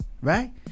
Right